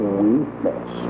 weakness